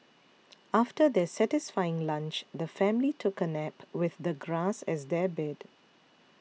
after their satisfying lunch the family took a nap with the grass as their bed